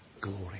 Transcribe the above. glory